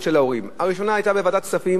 של ההורים: הראשונה היתה ועדת כספים,